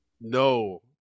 No